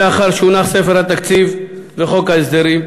לאחר שהונח ספר התקציבים וחוק ההסדרים,